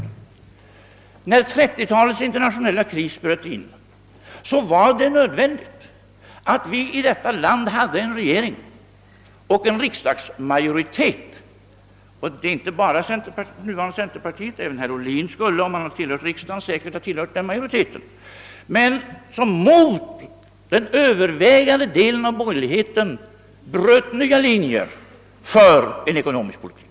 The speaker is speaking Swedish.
När 1930-talets internationella kris bröt in var det nödvändigt att vi i vårt land hade en regering och en riksdagsmajoritet — den innefattade det dåvarande bondeförbundet, och även herr Ohlin skulle säkerligen ha ingått i denna majoritet, om han tillhört riksdagen — som mot den övervägande delen av borgerligheten bröt nya linjer för en ekonomisk politik.